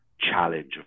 challenge